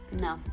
No